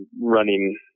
running